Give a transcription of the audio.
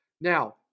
Now